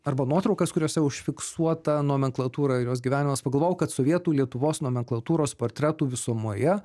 arba nuotraukas kuriose užfiksuota nomenklatūra ir jos gyvenimas pagalvojau kad sovietų lietuvos nomenklatūros portretų visumoje